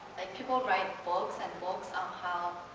like, people write books and books somehow,